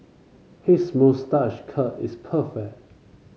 his moustache curl is perfect